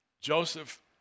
Joseph